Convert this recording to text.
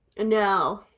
No